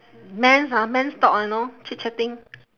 men's ah men's talk ah know chit-chatting